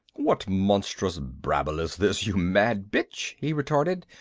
what monstrous brabble is this, you mad bitch? he retorted,